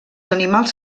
animals